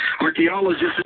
Archaeologists